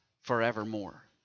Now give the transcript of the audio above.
forevermore